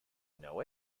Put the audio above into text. know